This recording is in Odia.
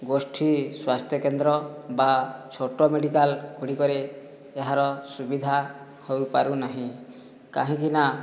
ଗୋଷ୍ଠୀ ସ୍ୱାସ୍ଥ୍ୟ କେନ୍ଦ୍ର ବା ଛୋଟ ମେଡିକାଲଗୁଡ଼ିକରେ ଏହାର ସୁବିଧା ହୋଇପାରୁନାହିଁ କାହିଁକିନା